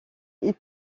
est